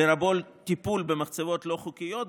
לרבות טיפול במחצבות לא חוקיות,